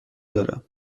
دارم